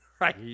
Right